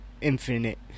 infinite